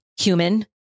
human